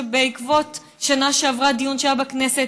שבעקבות דיון שהיה בשנה שעברה בכנסת